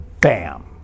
bam